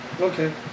Okay